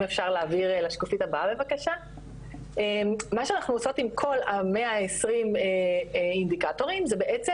מה שאנחנו עושות עם כל ה- 120 אינדיקטורים זה בעצם